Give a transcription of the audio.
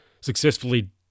successfully